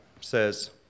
says